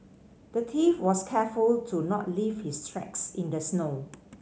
the thief was careful to not leave his tracks in the snow